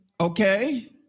Okay